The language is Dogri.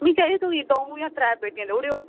मिगी चाहिदे कोई द'ऊं जां त्रैऽ पेट्टियां देई ओड़ेओ